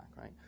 right